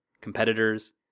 competitors